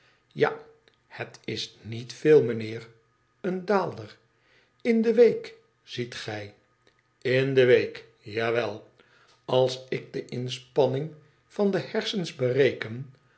ja het is niet veel mijnheer een daalder in de week ziet gij in de week ja wel als ik de inspanning van de hersens bereken